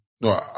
No